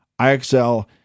IXL